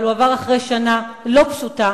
אבל הוא עבר אחרי שנה לא פשוטה,